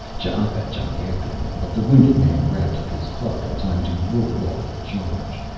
ch'aka jumped after him but the wounded man grabbed up his club in time to ward off the charge.